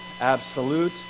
absolute